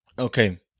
Okay